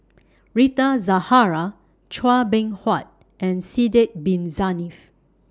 Rita Zahara Chua Beng Huat and Sidek Bin Saniff